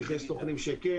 אין ספק שהמידע הזה חיוני.